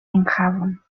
enhavon